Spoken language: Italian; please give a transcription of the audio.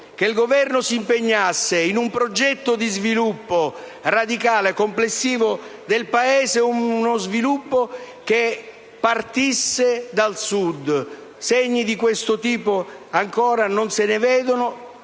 che si impegnasse in un progetto di sviluppo radicale e complessivo del Paese, uno sviluppo che partisse dal Sud. Segni di questo tipo ancora non se ne vedono.